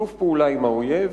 שיתוף פעולה עם האויב,